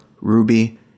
Ruby